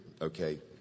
Okay